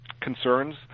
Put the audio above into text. concerns